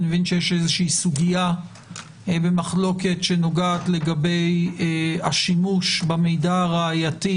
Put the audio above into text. אני מבין שיש איזושהי סוגיה במחלוקת שנוגעת לגבי השימוש במידע הראייתי,